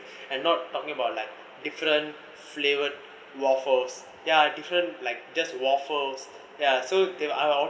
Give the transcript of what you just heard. I'm not talking about like different flavoured waffles ya different like just waffles ya so they I'm